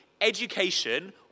education